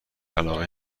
علاقه